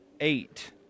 eight